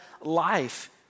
life